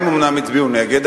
הם אומנם הצביעו נגד,